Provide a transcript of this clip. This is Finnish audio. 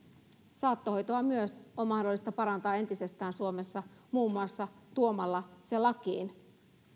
saattohoitoa on myös mahdollista parantaa entisestään suomessa muun muassa tuomalla se lakiin